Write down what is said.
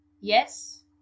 yes